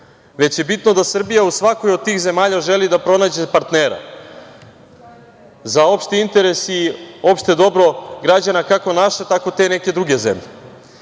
već je bitno da Srbija u svakoj od tih zemalja želi da pronađe partnera za opšti interes i opšte dobro građana kako naše, tako i te neke druge zemlje. Iako